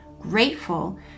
grateful